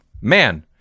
Man